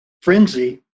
frenzy